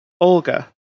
Olga